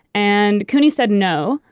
and couney said no,